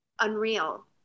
unreal